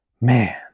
Man